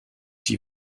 die